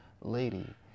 lady